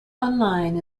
online